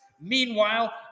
Meanwhile